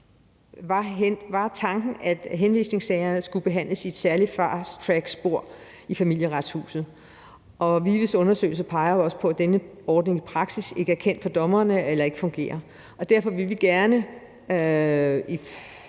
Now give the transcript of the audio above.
var tanken, at henvisningssagerne skulle behandles i et særligt fasttrackspor i Familieretshuset, og VIVE's undersøgelse peger jo også på, at denne ordning i praksis ikke er kendt for dommerne eller ikke fungerer, og derfor vil vi gerne